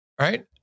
Right